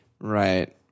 Right